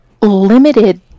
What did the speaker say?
limited